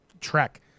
Trek